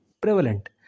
prevalent